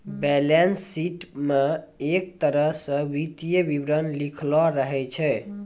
balance sheet म एक तरह स वित्तीय विवरण लिखलो रहै छै